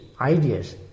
ideas